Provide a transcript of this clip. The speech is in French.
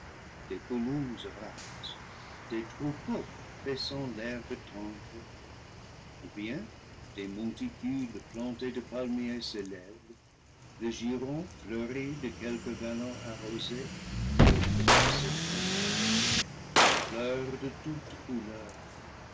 pelouses rases des troupeaux paissant l'herbe tendre ou bien des monticules plantés de palmiers s'élèvent le giron fleuri de quelque vallon arrosé déploie ses trésors fleurs de toutes couleurs